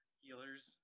healers